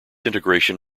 integration